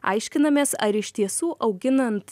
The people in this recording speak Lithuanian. aiškinamės ar iš tiesų auginant